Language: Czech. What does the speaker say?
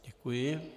Děkuji.